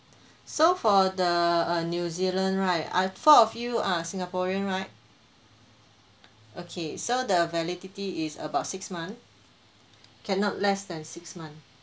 so for the uh new zealand right ah four of you are singaporean right okay so the validity is about six month cannot less than six month